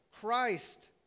Christ